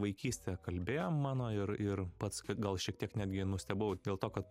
vaikystę kalbėjom mano ir ir pats gal šiek tiek netgi nustebau dėl to kad